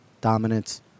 dominance